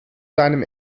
seinem